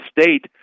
state